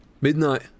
Midnight